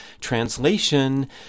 Translation